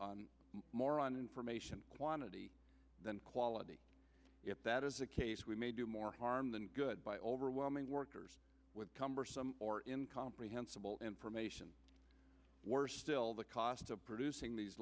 focus more on information quantity than quality if that is the case we may do more harm than good by overwhelming workers with cumbersome or in comprehensible information worse still the cost of producing these